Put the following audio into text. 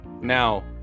now